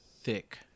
thick